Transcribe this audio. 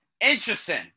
interesting